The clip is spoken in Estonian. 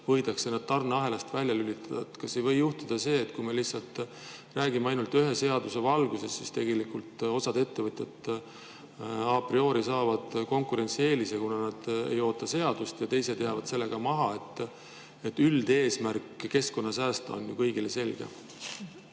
võidakse nad tarneahelast välja lülitada. Kas ei või juhtuda nii, et kui me lihtsalt räägime ainult ühe seaduse valguses, siis tegelikult osa ettevõtteida priorisaab konkurentsieelise, kuna nad ei oota seadust, ja teised jäävad sellega maha? Üldeesmärk keskkonda säästa on ju kõigile selge.